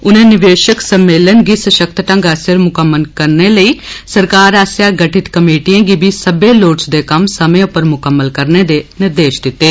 उनें निवेशक सम्मेलन गी सशक्त ढंगा सिर मुकम्मल कररने लेई सरकार आस्सेआ गठित कमेटियें गी बी सब्बै लोड़चदे कम्म समें उप्पर मुकम्मल करने दे निर्देश दित्ते